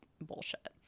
bullshit